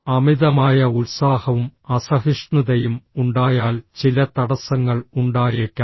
അമിതമായ ഉത്സാഹവും അസഹിഷ്ണുതയും ഉണ്ടായാൽ ചില തടസ്സങ്ങൾ ഉണ്ടായേക്കാം